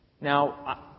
Now